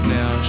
Now